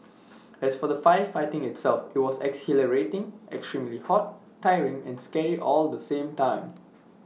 as for the firefighting itself IT was exhilarating extremely hot tiring and scary all at the same time